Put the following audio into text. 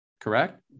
correct